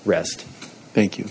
rest thank you